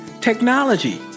technology